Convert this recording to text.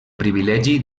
privilegi